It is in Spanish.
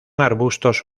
arbustos